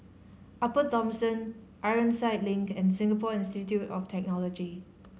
Upper Thomson Ironside Link and Singapore Institute of Technology